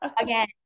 Again